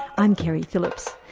i'm keri phillips.